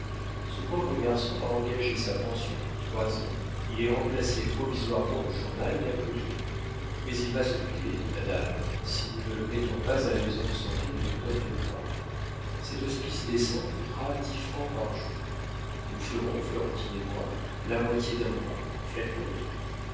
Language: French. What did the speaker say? ce pauvre garçon a engagé sa pension pour trois ans il est remplacé provisoirement au journal et n'a plus rien mais il va se tuer madame si nous ne le mettons pas à la maison de santé du docteur dubois cet hospice décent coûtera dix francs par jour nous ferons florentine et moi la moitié d'un mois faites